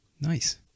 nice